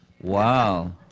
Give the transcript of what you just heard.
Wow